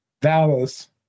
Dallas